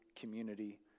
community